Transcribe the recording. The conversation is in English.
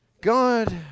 God